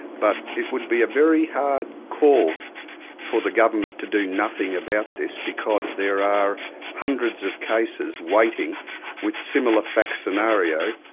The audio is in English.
but it would be a very hard call for the government to do nothing about this, because there are hundreds of cases waiting with similar fact scenario,